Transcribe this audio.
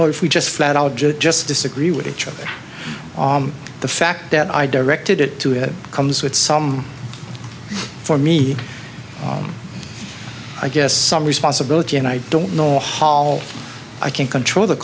or if we just flat out just disagree with each other the fact that i directed it to it comes with some for me i guess some responsibility and i don't know hall i can control the